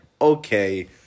okay